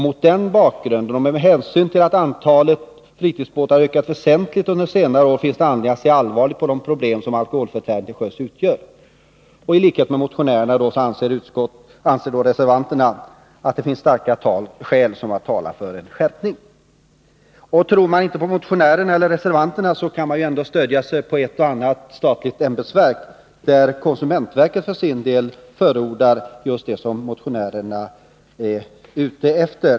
Mot den bakgrunden, och med hänsyn till att antalet fritidsbåtar ökat väsentligt under senare år, finns det anledning att se allvarligt på de problem som alkoholförtäring till sjöss utgör. Tlikhet med motionärerna ansåg reservanterna att det fanns starka skäl som talar för en skärpning. Och tror man inte på motionärerna eller reservanterna, så kan man ändå stödja sig på ett och annat statligt ämbetsverk. Konsumentverket förordar för sin del just det som motionärerna är ute efter.